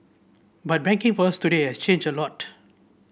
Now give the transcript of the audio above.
but banking for us today has changed a lot